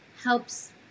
helps